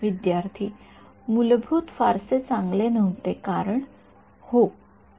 विद्यार्थी मूलभूत फारसे चांगले नव्हते संदर्भ वेळ १४२३ कारण